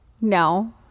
No